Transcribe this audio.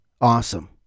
awesome